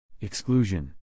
Exclusion